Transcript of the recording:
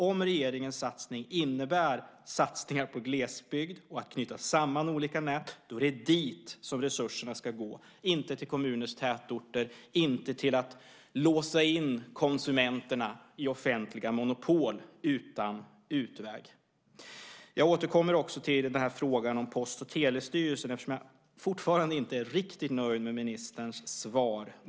Om regeringens satsning innebär satsningar på glesbygd och att knyta samman olika nät är det dit som resurserna ska gå, inte till kommuners tätorter, inte till att låsa in konsumenterna i offentliga monopol utan utväg. Jag återkommer också till frågan om Post och telestyrelsen eftersom jag fortfarande inte är riktigt nöjd med ministerns svar.